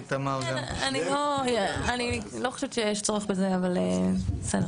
אני לא, אני לא חושבת שיש צורך בזה, אבל בסדר.